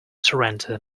surrender